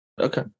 Okay